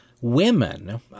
Women